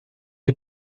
les